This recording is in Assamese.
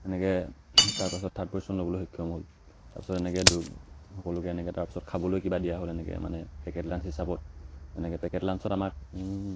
এনেকৈ তাৰপাছত থাৰ্ড প'জিশ্যন ল'বলৈ সক্ষম হ'ল তাৰপাছত এনেকৈ দু সকলোকে এনেকৈ তাৰপাছত খাবলৈ কিবা দিয়া হ'ল এনেকৈ মানে পেকেট লাঞ্চ হিচাপত এনেকৈ পেকেট লাঞ্চত আমাক